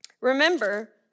Remember